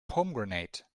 pomegranate